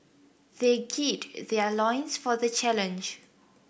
they gird their loins for the challenge